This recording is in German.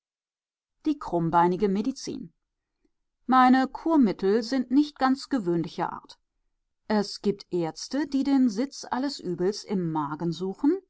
die krummbeinige medizin meine kurmittel sind nicht ganz gewöhnlicher art es gibt ärzte die den sitz alles übels im magen suchen